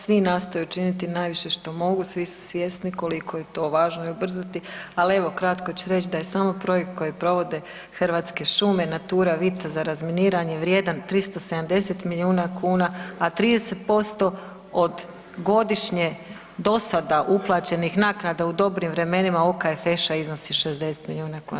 Svi nastoje učiniti najviše što mogu, svi su svjesni koliko je to važno i ubrzati, ali evo kratko ću reći da je samo projekt koji provode Hrvatske šume NATURA VITA za razminiranje vrijedan 370 milijuna kuna, a 30% od godišnje do sada uplaćenih naknada u dobrim vremenima OKFŠ-a iznosi 60 milijuna kuna.